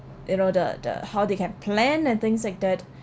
you know the the how they can plant and things like that